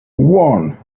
one